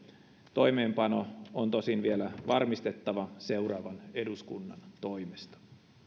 toimeenpano on tosin vielä varmistettava seuraavan eduskunnan toimesta